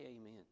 amen